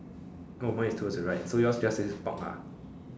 no mine is towards the right so yours just says park ah